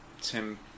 Tim